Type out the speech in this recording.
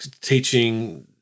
teaching